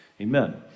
Amen